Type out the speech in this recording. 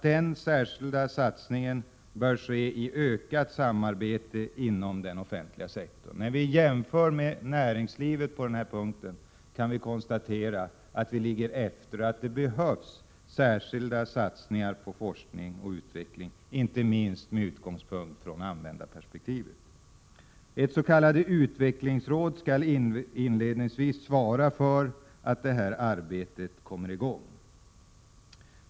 Den särskilda satsningen bör ske genom ett ökat samarbete inom den offentliga sektorn. När vi jämför med näringslivet på denna punkt kan vi konstatera att vi ligger efter. Det behövs särskilda satsningar på forskning och utveckling, inte minst med utgångspunkt i användarperspektivet. Ett s.k. utvecklingsråd skall inledningsvis svara för att detta arbete kommer i gång.